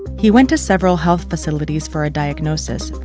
he went to several health facilities for a diagnosis,